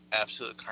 Absolute